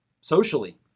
socially